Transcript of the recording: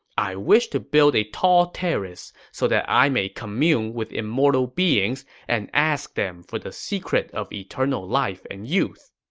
i wish to build a tall terrace so that i may commune with immortal beings and asked them for the secret of eternal life and youth.